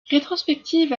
rétrospective